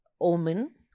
Omen